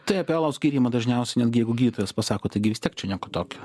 tai apie alaus gėrimą dažniausia netgi jeigu gydytojas pasako taigi vis tiek čia nieko tokio